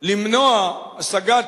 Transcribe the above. למנוע השגת